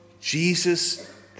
Jesus